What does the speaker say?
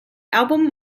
album